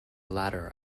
ladder